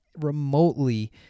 remotely